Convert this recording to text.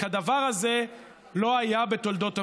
כדבר הזה לא היה בתולדות המדינה.